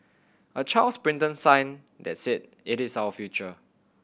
a child's printed sign that said it is our future